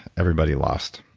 everybody lost.